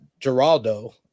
Geraldo